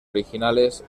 originales